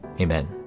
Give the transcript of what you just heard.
Amen